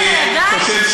אני חושב,